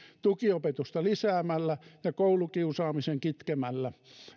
tukiopetusta lisäämällä ja koulukiusaamista kitkemällä